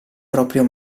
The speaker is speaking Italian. proprio